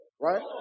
right